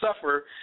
suffer